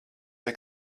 vai